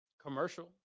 Commercial